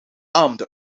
beaamde